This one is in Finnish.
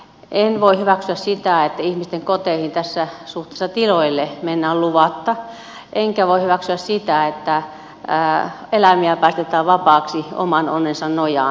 en voi hyväksyä sitä että ihmisten koteihin tässä suhteessa tiloille mennään luvatta enkä voi hyväksyä sitä että eläimiä päästetään vapaaksi oman onnensa nojaan